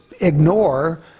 ignore